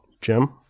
Jim